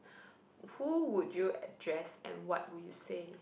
who who would you address and what will you say